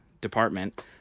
department